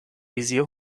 visier